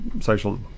social